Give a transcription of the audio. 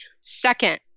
Second